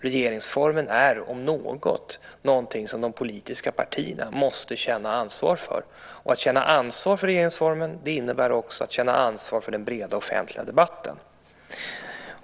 Regeringsformen är, om något, någonting som de politiska partierna måste känna ansvar för. Att känna ansvar för regeringsformen innebär också att känna ansvar för den breda offentliga debatten.